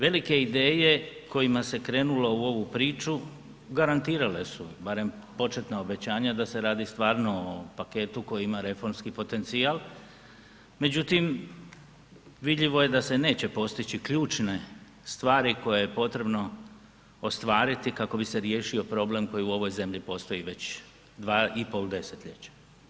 Velike ideje kojima se krenulo u ovu priču garantirale su barem početna obećanja da se radi stvarno o paketu koji ima reformski potencijal međutim vidljivo je da se neće postići ključne stvari koje je potrebno ostvariti kako bi se riješio problem koji u ovoj zemlji postoji već 2 pol desetljeća.